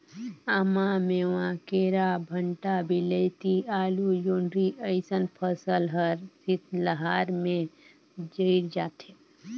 आमा, मेवां, केरा, भंटा, वियलती, आलु, जोढंरी अइसन फसल हर शीतलहार में जइर जाथे